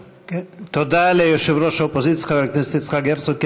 תודה ליושב-ראש האופוזיציה, חבר הכנסת יצחק הרצוג.